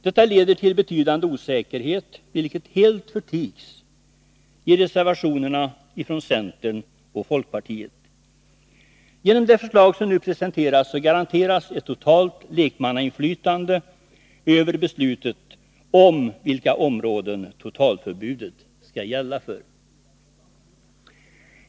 Detta leder till betydande osäkerhet, vilket helt förtigs i reservationerna från centern och folkpartiet. Genom det förslag som nu presenteras garanteras ett totalt lekmannainflytande över beslutet om vilka områden totalförbudet skall gälla.